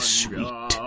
sweet